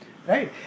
Right